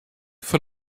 fan